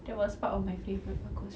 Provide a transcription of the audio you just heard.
that was part of my favourite